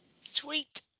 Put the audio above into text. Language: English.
Sweet